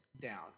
down